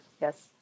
Yes